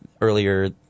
earlier